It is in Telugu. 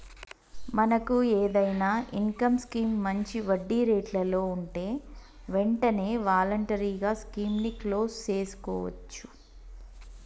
మనకు ఏదైనా ఇన్కమ్ స్కీం మంచి వడ్డీ రేట్లలో ఉంటే వెంటనే వాలంటరీగా స్కీమ్ ని క్లోజ్ సేసుకోవచ్చు